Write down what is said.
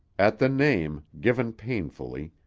at the name, given painfully,